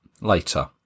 later